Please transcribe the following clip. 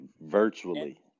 virtually